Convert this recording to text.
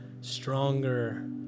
stronger